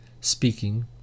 speaking